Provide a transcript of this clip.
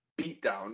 beatdown